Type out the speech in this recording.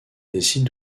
décide